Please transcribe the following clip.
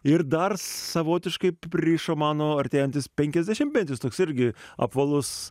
ir dar savotiškai pririšo mano artėjantis penkiasdešimtmetis toks irgi apvalus